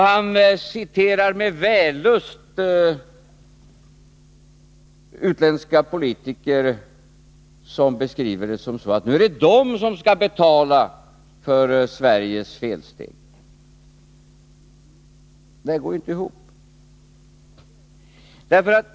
Han citerar med vällust utländska politiker, som beskriver det som så, att nu är det de som skall betala för Sveriges felsteg. Det här går inte ihop.